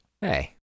Hey